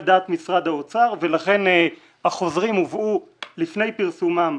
דעת משרד האוצר ולכן החוזרים הובאו לפני פרסומם